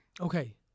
okay